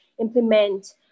implement